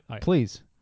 Please